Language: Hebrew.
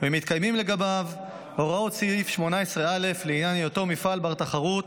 ומתקיימות לגביו הוראות סעיף 18א לעניין היותו מפעל בר-תחרות,